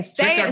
Stay